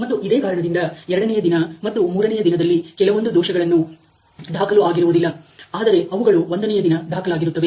ಮತ್ತು ಇದೇ ಕಾರಣದಿಂದ ಎರಡನೆಯ ದಿನ ಮತ್ತು ಮೂರನೆಯ ದಿನದಲ್ಲಿ ಕೆಲವೊಂದು ದೋಷಗಳನ್ನು ದಾಖಲು ಆಗಿರುವುದಿಲ್ಲ ಆದರೆ ಅವುಗಳು ಒಂದನೆಯ ದಿನ ದಾಖಲಾಗಿರುತ್ತವೆ